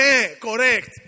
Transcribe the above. Correct